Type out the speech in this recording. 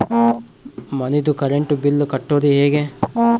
ಮನಿದು current bill ಕಟ್ಟೊದು ಹೇಗೆ?